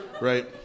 right